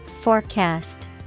Forecast